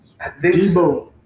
Debo